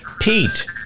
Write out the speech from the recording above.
Pete